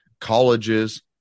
colleges